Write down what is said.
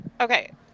okay